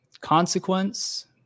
consequence